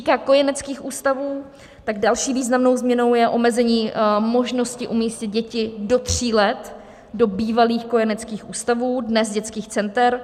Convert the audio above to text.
Co se týká kojeneckých ústavů, další významnou změnou je omezení možnosti umístit děti do tří let do bývalých kojeneckých ústavů, dnes dětských center.